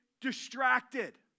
distracted